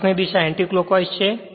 flux ની દિશા anticlockwise છે